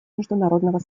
международного